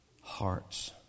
hearts